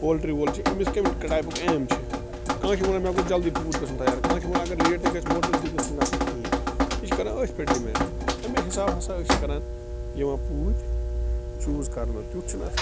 poultry وول چھُ أمِس کَمہِ کٔلیپُک ایم چھُ کانٛہہ چھُ وَنان مےٚ گوٚژھ جلدٕے پوٗت گَژھُن تَیار کانٛہہ چھُ وِنان اگر لیٹ تے گَژھِ موٹلٹی گٔژھِ نہٕ گَژھٕنۍ کِہیٖنٛۍ یہِ چھُ کَران أتھۍ پیٚٹھ ڈِپینٛڈ اَمے حِساب ہَسا أسۍ چھِ کَران یِمہٕ پوٗتۍ چوٗز کَرنہٕ تیُتھ چھُنہٕ